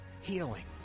healing